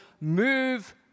Move